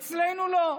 אצלנו לא.